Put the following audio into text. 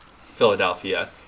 Philadelphia